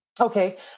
Okay